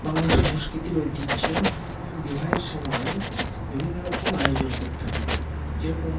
বাংলা সংস্কৃতির ঐতিহ্য বিবাহের সময় বিভিন্ন রকম আয়োজন করতে হয় যেরকম